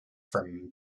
from